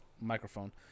microphone